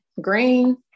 green